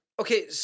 Okay